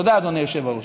תודה, אדוני היושב-ראש.